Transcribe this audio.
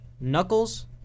Knuckles